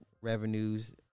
revenues